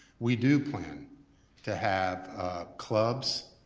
we do plan to have clubs,